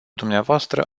dvs